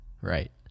right